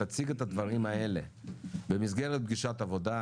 תציג את הדברים האלה במסגרת פגישת העבודה.